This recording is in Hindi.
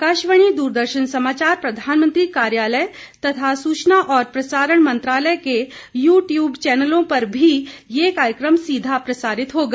आकाशवाणी द्रदर्शन समाचार प्रधानमंत्री कार्यालय तथा सूचना और प्रसारण मंत्रालय के यू ट्यूब चैनलों पर भी ये कार्यक्रम सीधा प्रसारित होगा